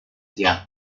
siang